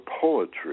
poetry